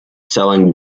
selling